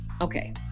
Okay